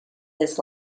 his